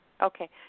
Okay